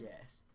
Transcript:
Yes